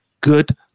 good